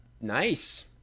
Nice